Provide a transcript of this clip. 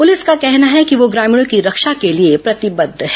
police का कहना है कि वह ग्रामीणों की रक्षा के लिए प्रतिबद्ध है